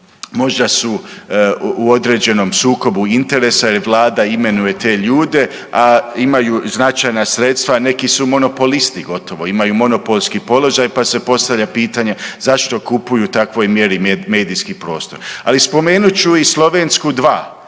Možda su u određenom sukobu interesa jer Vlada imenuje te ljude, a imaju značajna sredstva, neki su monopolisti gotovo. Imaju monopolski položaj pa se postavlja pitanja zašto kupuju u takvoj mjeri medijski prostor. Ali spomenut ću i Slovensku 2,